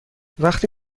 وقتی